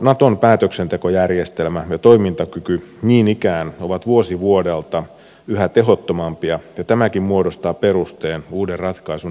naton päätöksentekojärjestelmä ja toimintakyky niin ikään ovat vuosi vuodelta yhä tehottomampia ja tämäkin muodostaa perusteen uuden ratkaisun etsimiselle